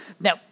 Now